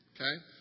Okay